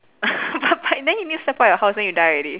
but but then you need to step out your house then you die already